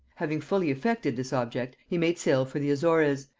having fully effected this object, he made sail for the azores,